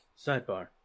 Sidebar